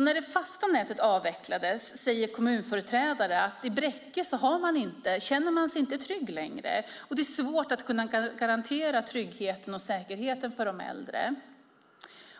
När det fasta nätet avvecklades säger kommunföreträdare att man i Bräcke inte känner sig trygg längre. Det är svårt att garantera tryggheten och säkerheten för de äldre.